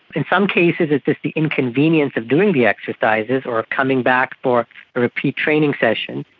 in some cases it's just the inconvenience of doing the exercises or coming back for a repeat training session,